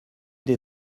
des